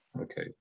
Okay